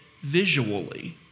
visually